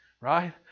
right